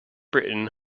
britain